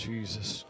Jesus